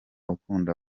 ukunda